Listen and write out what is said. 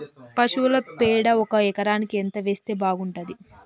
పశువుల పేడ ఒక ఎకరానికి ఎంత వేస్తే బాగుంటది?